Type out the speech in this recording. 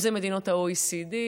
אם זה מדינות ה-OECD,